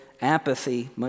apathy